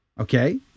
Okay